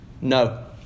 No